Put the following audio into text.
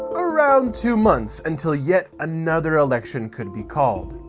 around two months, until yet another election could be called.